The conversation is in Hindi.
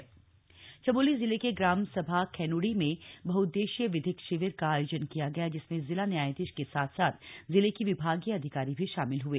शिविर चमोली चमोली जिले के ग्राम सभा खैनुडी में बहुउद्देश्यीय विधिक शिविर का आयोजन किया गया जिसमें जिला न्यायाधीश के साथ साथ जिले की विभागीय अधिकारी भी शामिल हुए